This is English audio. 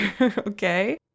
Okay